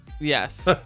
yes